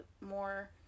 more